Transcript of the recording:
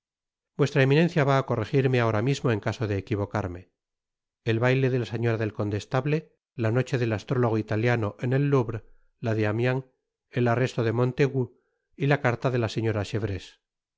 vuestra eminencia va á corregirme ahora mismo en caso de equivocarme el baile de la señora del condestable la noche del astrólogo italiano en el louvre la de amiens el arresto de montaigu y la carta de la señora